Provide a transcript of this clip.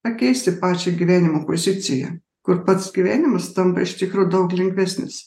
pakeisti pačią gyvenimo poziciją kur pats gyvenimas tampa iš tikro daug lengvesnis